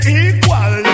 equal